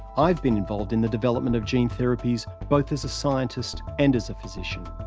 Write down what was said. i've been involved in the development of gene therapies both as a scientist and as a physician.